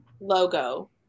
logo